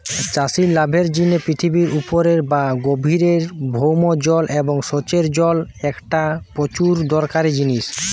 চাষির লাভের জিনে পৃথিবীর উপরের বা গভীরের ভৌম জল এবং সেচের জল একটা প্রচুর দরকারি জিনিস